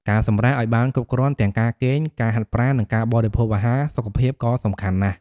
ការសម្រាកឱ្យបានគ្រប់គ្រាន់ ទាំងការគេង ការហាត់ប្រាណ និងការបរិភោគអាហារសុខភាពក៏សំខាន់ណាស់។